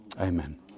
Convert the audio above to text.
amen